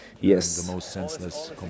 yes